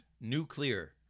Nuclear